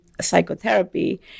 psychotherapy